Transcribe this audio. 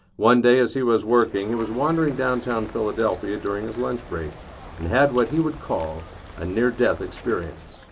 one day as he was working he was wandering downtown philadelphia during his lunch break and had what he would call a near-death experience.